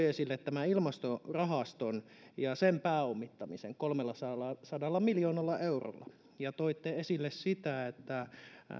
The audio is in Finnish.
esille tämän ilmastorahaston ja sen pääomittamisen kolmellasadalla miljoonalla eurolla toitte esille sitä